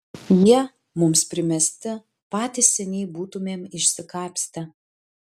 jie mums primesti patys seniai būtumėm išsikapstę